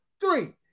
Three